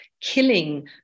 killing